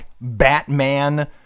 Batman